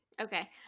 Okay